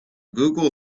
google